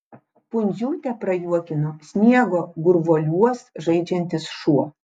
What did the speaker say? pundziūtę prajuokino sniego gurvuoliuos žaidžiantis šuo